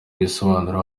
bisobanuro